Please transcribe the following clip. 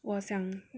我想